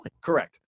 Correct